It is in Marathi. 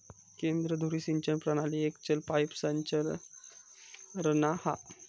केंद्र धुरी सिंचन प्रणाली एक चल पाईप संरचना हा